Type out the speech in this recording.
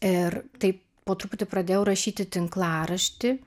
ir taip po truputį pradėjau rašyti tinklaraštį